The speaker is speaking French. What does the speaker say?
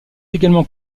également